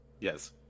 Yes